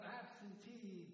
absentee